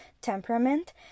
temperament